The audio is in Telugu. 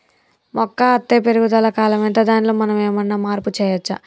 మొక్క అత్తే పెరుగుదల కాలం ఎంత దానిలో మనం ఏమన్నా మార్పు చేయచ్చా?